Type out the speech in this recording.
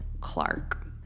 Clark